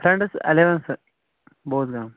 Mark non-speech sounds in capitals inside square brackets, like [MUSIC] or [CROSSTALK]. friends eleven [UNINTELLIGIBLE] بوز گام